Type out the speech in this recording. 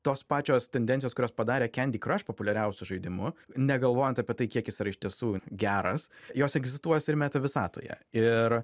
tos pačios tendencijos kurios padarė kendykraš populiariausiu žaidimu negalvojant apie tai kiek jis yra iš tiesų geras jos egzistuos ir meta visatoje ir